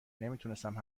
نمیتوانستم